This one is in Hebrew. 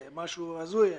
זה משהו הזוי היה,